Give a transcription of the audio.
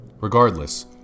Regardless